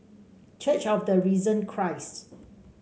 church of the Risen Christ